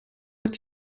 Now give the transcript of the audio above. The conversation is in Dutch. het